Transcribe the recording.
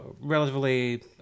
relatively